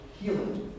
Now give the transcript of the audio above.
healing